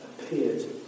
appeared